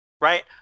Right